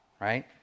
right